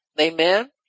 Amen